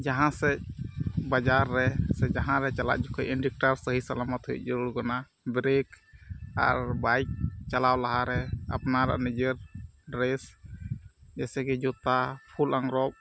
ᱡᱟᱦᱟᱸ ᱥᱮᱫ ᱵᱟᱡᱟᱨ ᱨᱮ ᱥᱮ ᱡᱟᱦᱟᱸᱨᱮ ᱪᱟᱞᱟᱜ ᱡᱚᱠᱷᱚᱡ ᱤᱱᱰᱤᱠᱮᱴᱟᱨ ᱥᱟᱹᱦᱤ ᱥᱟᱞᱟᱢᱚᱛ ᱦᱩᱭᱩᱜ ᱡᱟᱹᱨᱩᱲ ᱠᱟᱱᱟ ᱵᱨᱮᱠ ᱟᱨ ᱵᱟᱭᱤᱠ ᱪᱟᱞᱟᱣ ᱞᱟᱦᱟᱨᱮ ᱟᱯᱱᱟᱟᱜ ᱱᱤᱡᱮᱨ ᱨᱮᱥ ᱡᱮᱭᱥᱮ ᱠᱤ ᱡᱩᱛᱟ ᱯᱷᱩᱞ ᱟᱝᱨᱚᱵᱽ